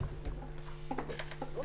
בקורונה.